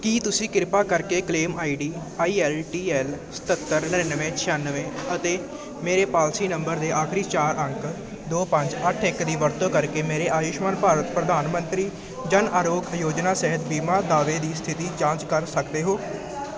ਕੀ ਤੁਸੀਂ ਕਿਰਪਾ ਕਰਕੇ claim ID I L T L ਸਤੱਤਰ ਨੜ੍ਹਿਨਵੇਂ ਛਿਆਨਵੇਂ ਅਤੇ ਮੇਰੇ ਪਾਲਿਸੀ ਨੰਬਰ ਦੇ ਆਖਰੀ ਚਾਰ ਅੰਕਾਂ ਦੋ ਪੰਜ ਅੱਠ ਇੱਕ ਦੀ ਵਰਤੋਂ ਕਰਕੇ ਮੇਰੇ ਆਯੁਸ਼ਮਾਨ ਭਾਰਤ ਪ੍ਰਧਾਨ ਮੰਤਰੀ ਜਨ ਆਰੋਗਯ ਯੋਜਨਾ ਸਿਹਤ ਬੀਮਾ ਦਾਅਵੇ ਦੀ ਸਥਿਤੀ ਜਾਂਚ ਕਰ ਸਕਦੇ ਹੋ